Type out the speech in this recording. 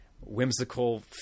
whimsical